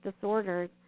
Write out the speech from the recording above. disorders